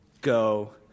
go